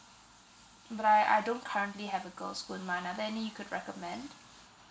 but I I don't currently have a girl school in mind are there any you could recommend